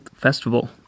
festival